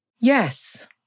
Yes